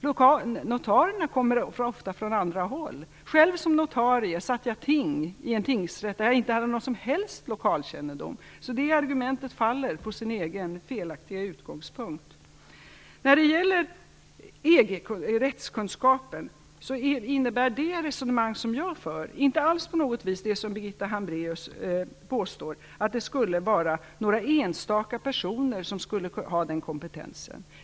Notarierna kommer ofta från andra håll. Själv satt jag som notarie ting i en tingsrätt där jag inte hade någon som helst lokalkännedom. Det argumentet faller på sin egen felaktiga utgångspunkt. När det gäller rättskunskapen innebär det resonemang som jag för inte alls på något vis det som Birgitta Hambraeus påstår, att det skulle vara några enstaka personer som har den kompetensen.